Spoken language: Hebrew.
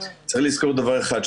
צריך לזכור דבר אחד,